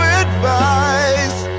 advice